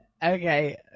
Okay